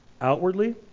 outwardly